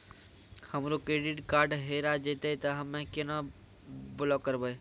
हमरो credit card हेरा जेतै ते हम्मय केना कार्ड ब्लॉक करबै?